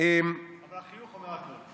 אבל החיוך אומר הכול.